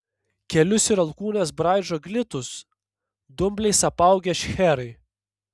kelius ir alkūnes braižo glitūs dumbliais apaugę šcherai